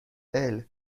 السه